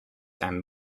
and